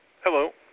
Hello